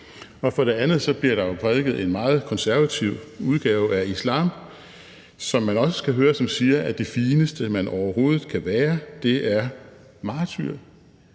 For det andet bliver der jo prædiket en meget konservativ udgave af islam, som man også skal høre, som siger, at det fineste, man overhovedet kan være, er martyr.